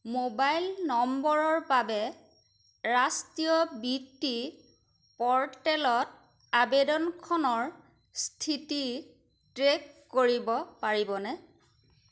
mobile নম্বৰৰ বাবে ৰাষ্ট্ৰীয় বৃত্তি প'ৰ্টেলত আবেদনখনৰ স্থিতি ট্ৰে'ক কৰিব পাৰিবনে